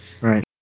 Right